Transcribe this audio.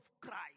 Christ